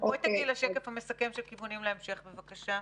תגיעי לשקף המסכם של כיוונים להמשך, בבקשה.